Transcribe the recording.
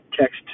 text